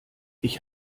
ich